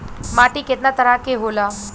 माटी केतना तरह के होला?